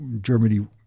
Germany